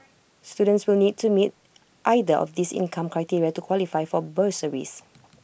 students will need to meet either of these income criteria to qualify for bursaries